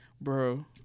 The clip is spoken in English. Bro